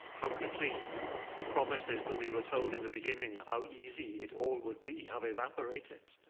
how quickly the promises that we were told in the beginning of how easy it all would be have evaporated,